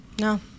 No